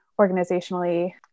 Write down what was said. organizationally